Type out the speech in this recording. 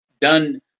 done